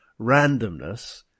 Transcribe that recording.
randomness